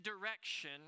direction